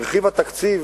היא הרחיבה תקציב